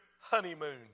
honeymoon